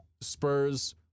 Spurs